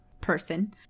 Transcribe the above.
person